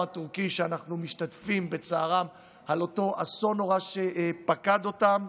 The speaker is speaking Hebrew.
הטורקי שאנחנו משתתפים בצערם על אותו אסון נורא שפקד אותם.